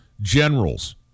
generals